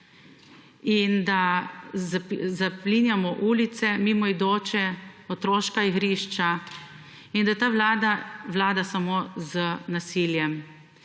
In da zaplinjamo ulice, mimoidoče, otroška igrišča, in da ta Vlada vlada samo z nasiljem.